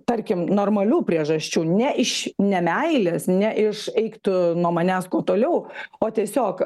tarkim normalių priežasčių ne iš nemeilės ne iš eik tu nuo manęs kuo toliau o tiesiog